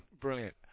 Brilliant